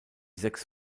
sechs